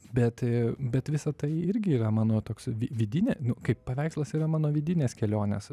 bet bet visa tai irgi yra mano toks vidinė kaip paveikslas yra mano vidinės kelionės